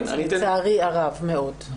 לצערי הרב מאוד.